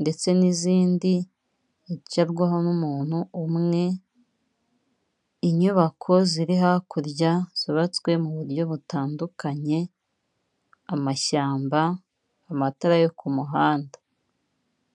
ndetse n'izindi zicarwaho n'umuntu umwe, inyubako ziri hakurya zubatswe mu buryo butandukanye amashyamba amatara yo ku muhanda.